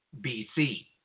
BC